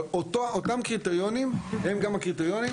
אבל אותם קריטריונים הם גם הקריטריונים